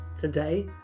Today